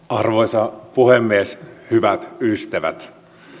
arvoisa puhemies hyvät ystävät